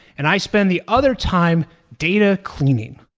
and i spend the other time data cleaning.